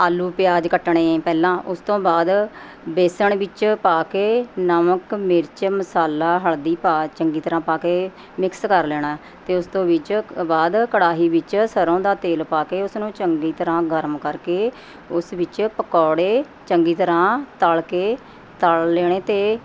ਆਲੂ ਪਿਆਜ਼ ਕੱਟਣੇ ਪਹਿਲਾਂ ਉਸ ਤੋਂ ਬਾਅਦ ਬੇਸਣ ਵਿੱਚ ਪਾ ਕੇ ਨਮਕ ਮਿਰਚ ਮਸਾਲਾ ਹਲ਼ਦੀ ਪਾ ਚੰਗੀ ਤਰ੍ਹਾਂ ਪਾਕੇ ਮਿਕਸ ਕਰ ਲੈਣਾ ਅਤੇ ਉਸ ਤੋਂ ਵਿੱਚ ਬਾਅਦ ਕੜਾਹੀ ਵਿੱਚ ਸਰ੍ਹੋਂ ਦਾ ਤੇਲ ਪਾ ਕੇ ਉਸਨੂੰ ਚੰਗੀ ਤਰ੍ਹਾਂ ਗਰਮ ਕਰਕੇ ਉਸ ਵਿੱਚ ਪਕੌੜੇ ਚੰਗੀ ਤਰ੍ਹਾਂ ਤਲ਼ ਕੇ ਤਲ਼ ਲੈਣੇ ਅਤੇ